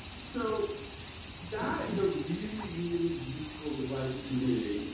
so that is a really, really useful device to me.